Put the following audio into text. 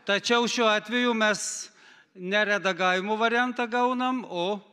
tačiau šiuo atveju mes ne redagavimo variantą gaunam o